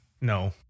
No